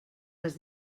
les